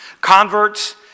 Converts